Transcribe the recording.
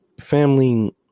Family